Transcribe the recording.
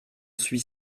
suis